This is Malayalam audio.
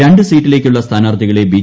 രണ്ട് സീറ്റിലേയ്ക്കുളള് സ്മാനാർത്ഥികളെ ബി